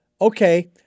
Okay